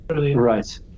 right